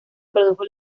produjo